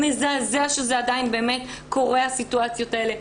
מזעזע שזה עדיין באמת קורה הסיטואציות האלה.